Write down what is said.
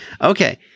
Okay